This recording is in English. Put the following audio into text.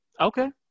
Okay